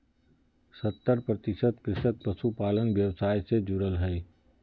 सत्तर प्रतिशत कृषक पशुपालन व्यवसाय से जुरल हइ